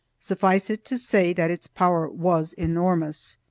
suffice it to say that its power was enormous.